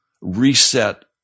reset